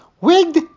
WIGGED